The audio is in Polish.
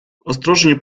ostrożnie